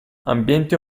ambienti